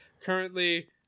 currently